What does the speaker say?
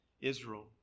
Israel